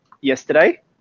yesterday